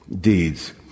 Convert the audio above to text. deeds